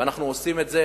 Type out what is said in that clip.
ואנחנו עושים את זה,